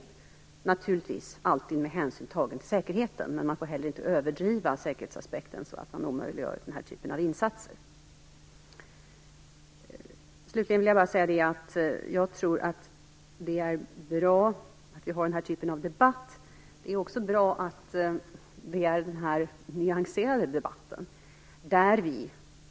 Det skall naturligtvis alltid ske med hänsyn tagen till säkerheten - men man får heller inte överdriva säkerhetsaspekten så att man omöjliggör denna typ av insatser. Slutligen vill jag bara säga att jag tror att det är bra att vi för denna typ av debatt. Det är också bra att debatten är så nyanserad.